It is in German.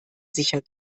sicher